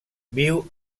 viu